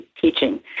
teaching